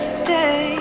stay